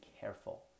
careful